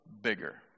bigger